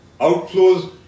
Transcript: outflows